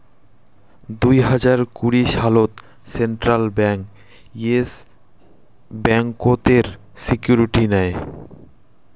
দুই হাজার কুড়ি সালত সেন্ট্রাল ব্যাঙ্ক ইয়েস ব্যাংকতের সিকিউরিটি নেয়